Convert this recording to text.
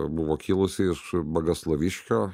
buvo kilusi iš bagaslaviškio